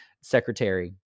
secretary